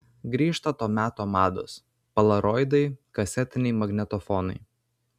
grįžta to meto mados polaroidai kasetiniai magnetofonai